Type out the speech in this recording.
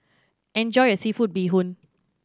enjoy your seafood bee hoon